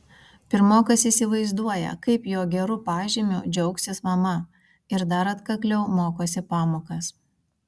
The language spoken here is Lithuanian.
pirmokas įsivaizduoja kaip jo geru pažymiu džiaugsis mama ir dar atkakliau mokosi pamokas